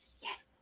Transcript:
Yes